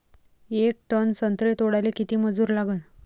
येक टन संत्रे तोडाले किती मजूर लागन?